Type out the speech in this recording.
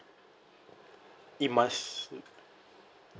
it must